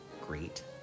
great